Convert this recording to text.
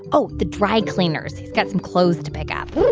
oh, the dry cleaners. he's got some clothes to pick up